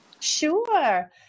Sure